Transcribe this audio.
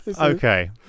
okay